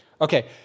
Okay